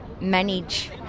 manage